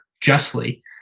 justly